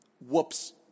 Whoops